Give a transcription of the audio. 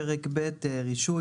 פרק ב' רישוי.